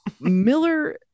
Miller